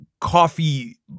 coffee